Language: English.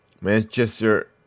Manchester